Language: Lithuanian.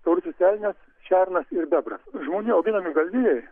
taurusis elnias šernas ir bebras žmonių auginami galvijai